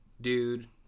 dude